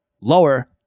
lower